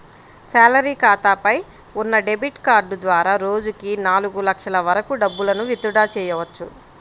salary ఖాతాపై ఉన్న debit card ద్వారా రోజుకి నాలుగు లక్షల వరకు డబ్బులను విత్ డ్రా చెయ్యవచ్చు